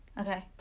Okay